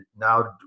now